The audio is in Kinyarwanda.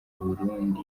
burundi